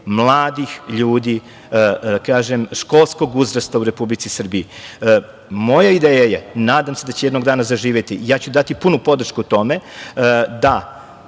mladih ljudi školskog uzrasta u Republici Srbiji. Moja ideja je, nadam se da će jednog dana zaživeti, ja ću dati punu podršku tome, da